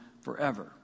forever